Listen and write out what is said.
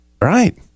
Right